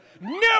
no